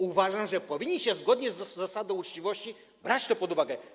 Uważam, że powinniście zgodnie z zasadą uczciwości brać to pod uwagę.